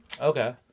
Okay